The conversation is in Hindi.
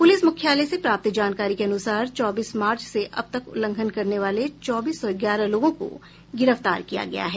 पुलिस मुख्यालय से प्राप्त जानकारी के अनुसार चौबीस मार्च से अब तक उल्लंघन करने वाले चौबीस सौ ग्यारह लोगों को गिरफ्तार किया गया है